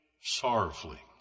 sorrowfully